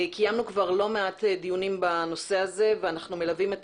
וקיימנו כבר לא מעט דיונים בנושא הזה ואנחנו מלווים את